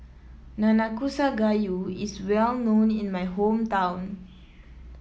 Nanakusa Gayu is well known in my hometown